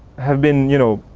have been, you know,